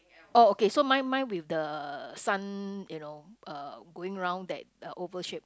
oh okay so mine mine with the sun you know uh going round that uh oval shape